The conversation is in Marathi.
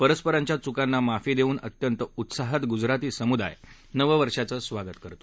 परस्परांच्या चुकांना माफी देऊन अत्यंत उत्साहात गुजराती समुदाय नववर्षाचं स्वागत करतो